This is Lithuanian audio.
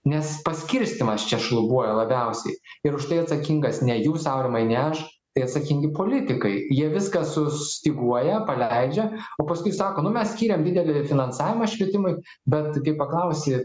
nes paskirstymas čia šlubuoja labiausiai ir už tai atsakingas ne jūs aurimai ne aš tai atsakingi politikai jie viską sus tyguoja paleidžia o paskui sako nu mes skiriam didelį finansavimą švietimui bet kai paklausi